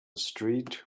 street